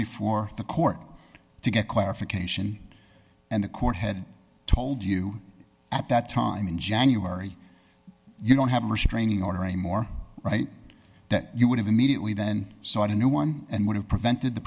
before the court to get qualification and the court had told you at that time in january you don't have a restraining order anymore right that you would have immediately then so on a new one and would have prevented the